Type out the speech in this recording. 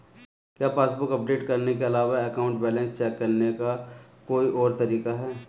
क्या passbook update करने के अलावा अकाउंट बैलेंस चेक करने का कोई और तरीका है?